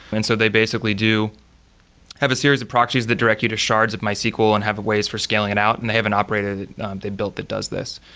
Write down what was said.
and so they basically do have a series of proxies that direct you to shards of mysql and have a ways for scaling it out. and they have an operator that they built that does this.